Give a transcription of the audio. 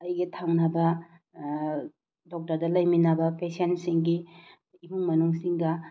ꯑꯩꯒꯤ ꯊꯪꯅꯕ ꯗꯣꯛꯇꯔꯗ ꯂꯩꯃꯤꯟꯅꯕ ꯄꯦꯁꯦꯟꯁꯤꯡꯒꯤ ꯏꯃꯨꯡ ꯃꯅꯨꯡꯁꯤꯡꯒ